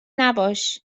نباش